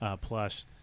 Plus